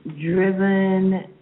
driven